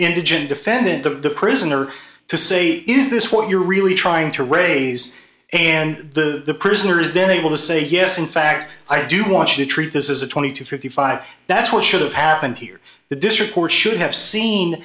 indigent defendant the prisoner to say is this what you're really trying to raise and the prisoners then able to say yes in fact i do want to treat this is a twenty to fifty five that's what should have happened here the district court should have seen